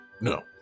No